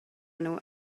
nhw